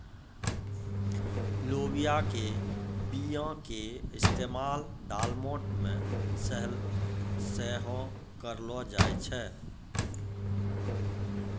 लोबिया के बीया के इस्तेमाल दालमोट मे सेहो करलो जाय छै